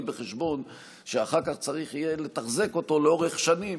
בחשבון שאחר כך יהיה צריך לתחזק אותו לאורך שנים,